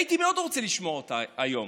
הייתי מאוד רוצה לשמוע אותה היום.